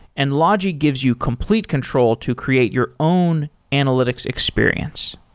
and logi gives you complete control to create your own analytics experience.